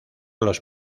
los